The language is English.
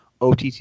OTT